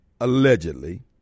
allegedly